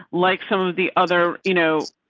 like some of the other, you know.